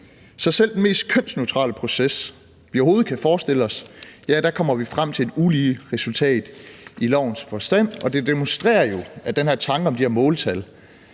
Så selv ved den mest kønsneutrale proces, vi overhovedet kan forestille os, kommer vi frem til et ulige resultat i lovens forstand, og det demonstrerer jo, at den her tanke om de her måltal